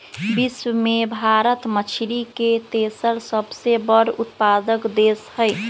विश्व में भारत मछरी के तेसर सबसे बड़ उत्पादक देश हई